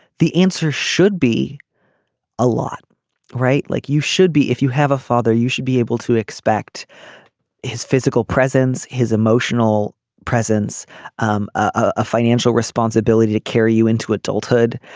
the answer should be a lot right. like you should be if you have a father you should be able to expect his physical presence his emotional presence um a financial responsibility to carry you into adulthood.